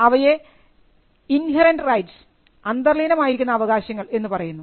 അവയെ inherent rights അന്തർലീനമായിരിക്കുന്ന അവകാശങ്ങൾ എന്ന് പറയുന്നു